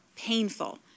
painful